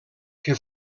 que